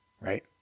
right